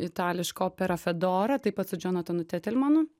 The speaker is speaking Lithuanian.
itališką operą fedora taip pat su džonatanu tetelmanu